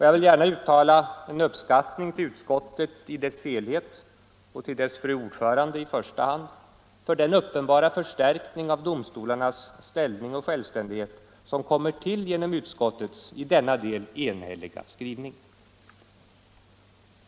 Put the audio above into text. Jag vill gärna uttala en uppskattning till utskottet i dess helhet och till fru ordföranden i första hand för den uppenbara förstärkning av domstolarnas ställning och självständighet som kommer till genom utskottets i denna del enhälliga skrivning.